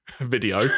video